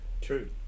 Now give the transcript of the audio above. True